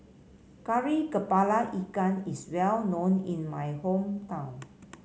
Kari kepala Ikan is well known in my hometown